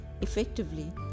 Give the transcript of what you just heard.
effectively